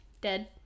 Dead